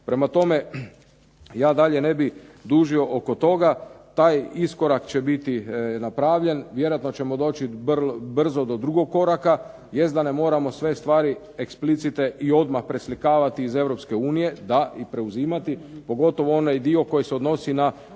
Prema tome, ja dalje ne bi dužio oko toga. Taj iskorak će biti napravljen. Vjerojatno ćemo doći brzo do drugog koraka. Jest da ne moramo sve stvari eksplicite i odmah preslikavati iz Europske unije, da i preuzimati, pogotovo onaj dio koji se odnosi na